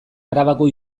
arabako